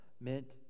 meant